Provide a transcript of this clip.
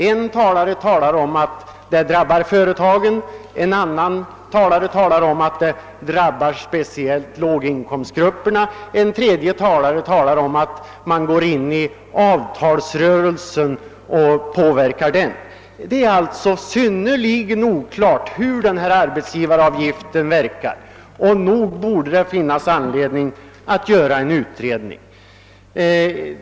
En talare säger att den drabbar företagen, en annan talare säger att den drabbar speciellt låginkomstgrupperna och en tredje talare säger att man blandar sig i avtalsrörelsen och påverkar den. Det är alltså synnerligen oklart hur denna arbetsgivaravgift verkar, och nog borde det finnas anledning att göra en utredning.